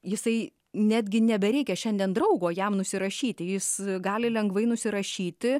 jisai netgi nebereikia šiandien draugo jam nusirašyti jis gali lengvai nusirašyti